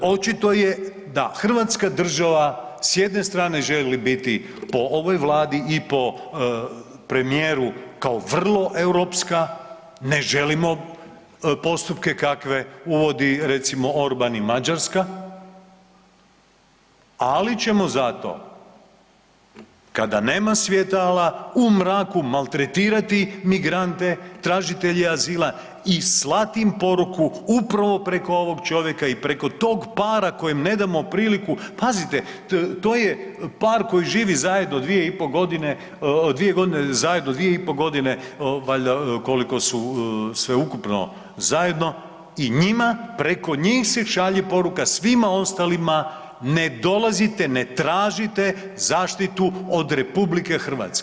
očito je da hrvatska država s jedne strane želi biti po ovoj Vladi i po premijeru kao vrlo europska ne želimo postupke kakve uvodi recimo Orban i Mađarska, ali ćemo zato kada nema svjetala u mraku maltretirati migrante, tražitelje azila i slati im poruku upravo preko ovog čovjeka i preko tog para kojem ne damo priliku, pazite to je par koji živi zajedno 2,5 godine, 2 godine zajedno, 2,5 godine valjda koliko su sveukupno zajedno i njima preko njih se šalje poruka svim ostalima ne dolazite, ne tražite zaštitu od RH.